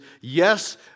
yes